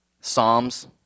psalms